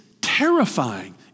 terrifying